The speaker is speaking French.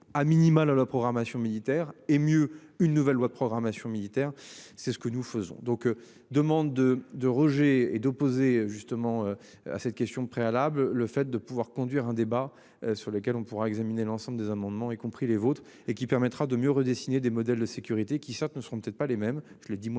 à minima, la la programmation militaire et mieux une nouvelle loi de programmation militaire. C'est ce que nous faisons donc demande de, de Roger et d'opposer justement à cette question préalable le fait de pouvoir conduire un débat sur lesquelles on pourra examiner l'ensemble des amendements y compris les vôtres et qui permettra de mieux redessiner des modèles de sécurité qui certes ne seront peut-être pas les mêmes. Je le dis moi